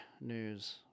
news